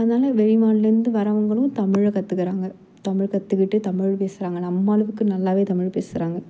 அதனால வெளி மாநிலங்லேருந்து வரவங்களும் தமிழை கற்றுக்குறாங்க தமிழ் கற்றுக்கிட்டு தமிழ் மொழி பேசுகிறாங்க நம்ம அளவுக்கு நல்லாவே தமிழ் பேசுகிறாங்க